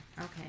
Okay